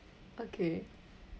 okay